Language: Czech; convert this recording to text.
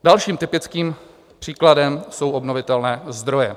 Dalším typickým příkladem jsou obnovitelné zdroje.